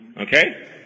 Okay